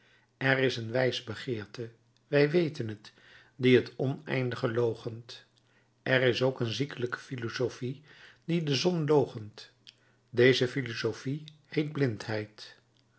er is een wijsbegeerte wij weten het die het oneindige loochent er is ook een ziekelijke filosofie die de zon loochent deze filosofie heet blindheid